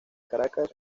caracas